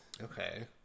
Okay